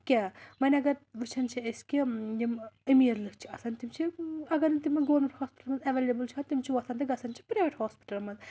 کیٚنٛہہ وۄنۍ اَگر وٕچھان چھِ أسۍ کہِ یِم أمیٖر لٕکھ چھِ آسان تِم چھِ اَگر نہٕ تِمن گورمٮ۪نٛٹ ہاسپِٹل منٛز اٮ۪وَلیبٕل چھِ آسان تِم چھِ وۄتھان تہٕ گژھان چھِ پرٛایویٹ ہاسپِٹلَن منٛز